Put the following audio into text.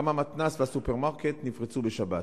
גם המתנ"ס והסופרמרקט נפרצו בשבת.